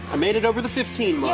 i made it over the fifteen